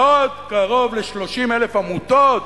ועוד קרוב ל-30,000 עמותות,